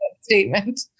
statement